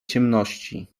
ciemności